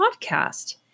podcast